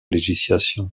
législation